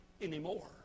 anymore